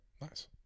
nice